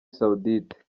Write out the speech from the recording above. saoudite